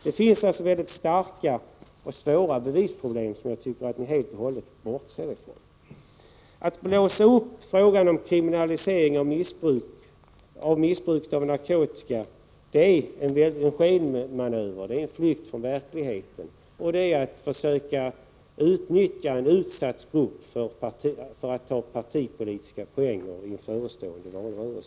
Det finns alltså mycket svåra bevisproblem som jag tycker att man helt och hållet bortser ifrån. Att blåsa upp frågan om kriminalisering av missbruk av narkotika är en skenmanöver, en flykt från verkligheten. Det är ett försök att av partitaktiska skäl inför valrörelsen utnyttja en utsatt grupp.